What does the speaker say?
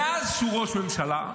מאז שהוא ראש ממשלה,